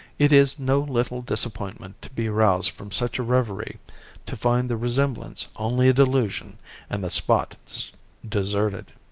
it is no little disappointment to be roused from such a reverie to find the resemblance only a delusion and the spot deserted.